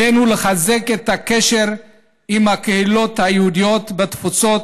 עלינו לחזק את הקשר עם הקהילות היהודיות בתפוצות.